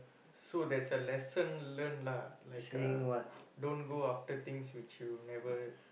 so there's a lesson learnt lah like uh don't go after things which you never